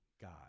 God